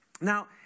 Now